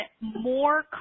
more